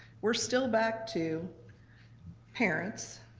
we're still back to parents,